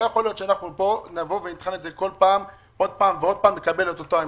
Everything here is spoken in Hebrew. לא יכול להיות שנבוא לכאן שוב ושוב ונקבל את אותה עמדה.